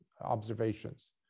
observations